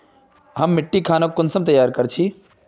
हम मिट्टी खानोक कुंसम तैयार कर छी?